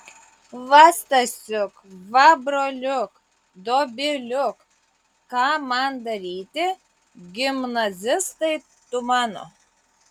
va stasiuk va broliuk dobiliuk ką man daryti gimnazistai tu mano